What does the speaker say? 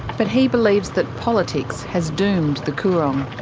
but he believes that politics has doomed the coorong.